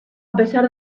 pesar